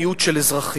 מיעוט של אזרחים,